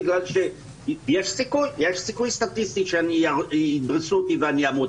בגלל שיש סיכוי סטטיסטי שידרסו אותי ואני אמות.